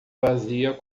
vazia